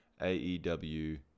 AEW